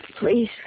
Please